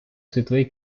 світовий